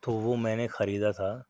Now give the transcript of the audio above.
تو وہ میں نے خریدا تھا